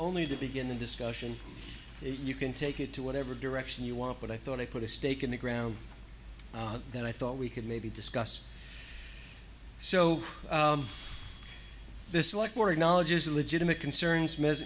only to begin the discussion you can take it to whatever direction you want but i thought i put a stake in the ground then i thought we could maybe discuss so this like more knowledge is a legitimate concern